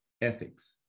ethics